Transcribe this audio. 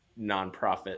nonprofit